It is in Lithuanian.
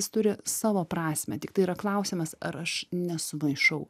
jis turi savo prasmę tiktai yra klausimas ar aš nesumaišau